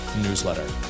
newsletter